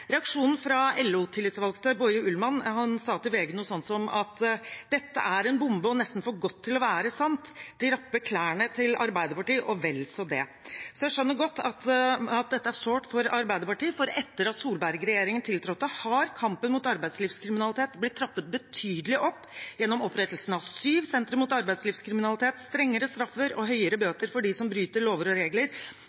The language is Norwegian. Reaksjonen fra LO-tillitsvalgte Boye Ullmann til VG var noe slikt som at «dette er en bombe og nesten for godt til å være sant», og at «da rapper de klærne til Ap, og vel så det». Så jeg skjønner godt at dette er sårt for Arbeiderpartiet, for etter at Solberg-regjeringen tiltrådte, har kampen mot arbeidslivskriminalitet blitt trappet betydelig opp gjennom opprettelsen av syv sentre mot arbeidslivskriminalitet, strengere straffer og høyere